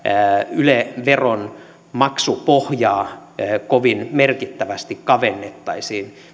yle veron maksupohjaa kovin merkittävästi kavennettaisiin